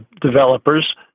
developers